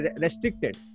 restricted